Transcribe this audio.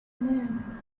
moon